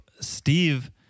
Steve